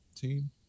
team